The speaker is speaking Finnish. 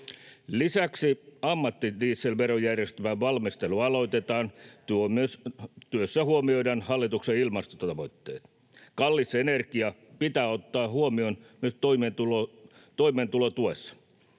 Lisäksi ammattidieselverojärjestelmän valmistelu aloitetaan. Työssä huomioidaan hallituksen ilmastotavoitteet. Kallis energia pitää ottaa huomioon toimeentulotuessa.